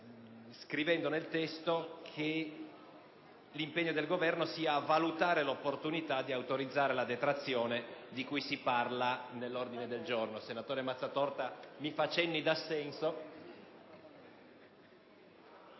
modificato nel senso che l'impegno del Governo sia a valutare l'opportunità di autorizzare la detrazione di cui si parla nell'ordine del giorno. Il senatore Mazzatorta fa cenni di assenso,